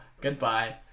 Goodbye